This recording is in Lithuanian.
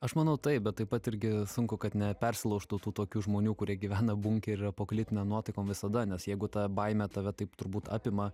aš manau taip bet taip pat irgi sunku kad nepersilaužtų tų tokių žmonių kurie gyvena bunkerio apokaliptinėm nuotaikom visada nes jeigu ta baimė tave taip turbūt apima